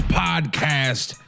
podcast